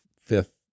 fifth